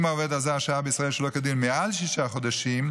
אם העובד הזר שהה בישראל שלא כדין מעל שישה חודשים,